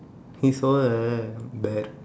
he saw a bear